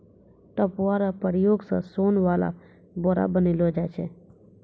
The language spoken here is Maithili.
पटुआ रो प्रयोग से सोन वाला बोरा बनैलो जाय छै